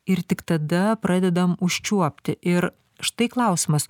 ir tik tada pradedam užčiuopti ir štai klausimas